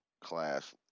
class